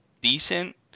decent